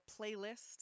playlist